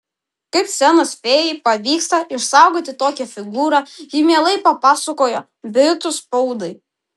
kaip scenos fėjai pavyksta išsaugoti tokią figūrą ji mielai papasakojo britų spaudai